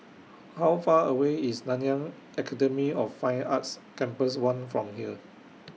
How Far away IS Nanyang Academy of Fine Arts Campus one from here